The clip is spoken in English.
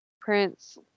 Prince